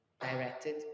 directed